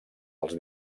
dels